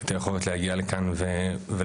את היכולת להגיע לכאן ולספר,